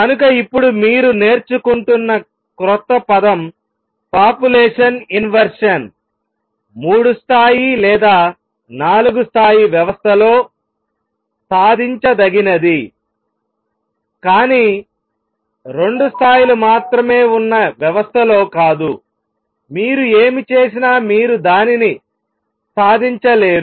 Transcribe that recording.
కనుక ఇప్పుడు మీరు నేర్చుకుంటున్న క్రొత్త పదం పాపులేషన్ ఇన్వెర్షన్ మూడు స్థాయి లేదా నాలుగు స్థాయి వ్యవస్థలో సాధించదగినది కానీ రెండు స్థాయిలు మాత్రమే ఉన్న వ్యవస్థలో కాదు మీరు ఏమి చేసినా మీరు దానిని సాధించలేరు